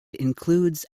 includes